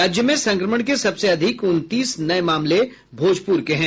राज्य में संक्रमण के सबसे अधिक उनतीस नए मामले भोजपुर के हैं